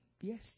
Yes